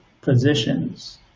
positions